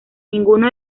ninguno